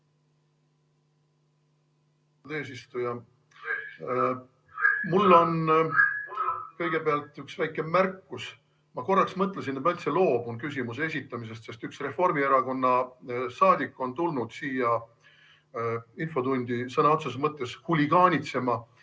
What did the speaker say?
Mul on kõigepealt üks väike märkus. Ma korraks mõtlesin, et ma üldse loobun küsimuse esitamisest, sest üks Reformierakonna saadik on tulnud siia infotundi sõna otseses mõttes huligaanitsema